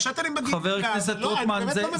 שהשאטלים מגיעים לשם אני באמת לא מבין,